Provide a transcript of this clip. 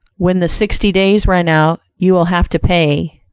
when the sixty days run out, you will have to pay.